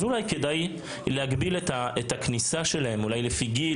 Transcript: אולי כדאי להגביל את הכניסה שלהם לפי גיל,